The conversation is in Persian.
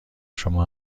شما